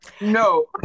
No